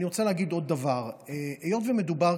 אני רוצה להגיד עוד דבר: היות שמדובר